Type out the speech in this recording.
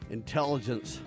intelligence